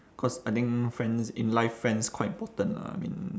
cause I think friends in life friends quite important lah I mean